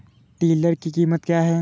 Tiller की कीमत क्या है?